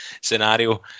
scenario